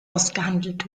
ausgehandelt